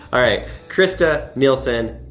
all right, christa nielson,